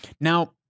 Now